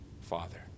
Father